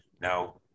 Now